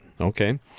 Okay